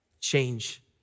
Change